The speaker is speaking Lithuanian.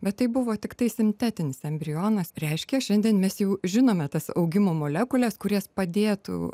bet tai buvo tiktai sintetinis embrionas reiškia šiandien mes jau žinome tas augimo molekules kurios padėtų